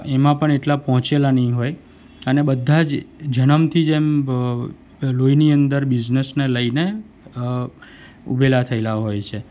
એમાં પણ એટલા પહોંચેલા નહીં હોય અને બધા જ જન્મથી જ એમ લોહીની અંદર બિઝનસને લઈને ઉભેલા થયેલા હોય છે